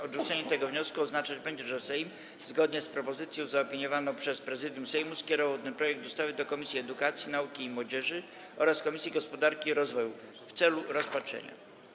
Odrzucenie tego wniosku oznaczać będzie, że Sejm, zgodnie z propozycją zaopiniowaną przez Prezydium Sejmu, skierował ten projekt ustawy do Komisji Edukacji, Nauki i Młodzieży oraz Komisji Gospodarki i Rozwoju w celu rozpatrzenia.